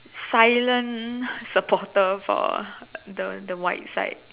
silent supporter for the the white side